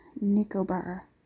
Nicobar